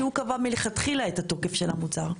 שהוא זה שמלכתחילה קבע את התוקף של המוצר.